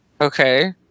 okay